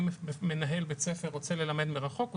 אם מנהל בית ספר רוצה ללמד מרחוק הוא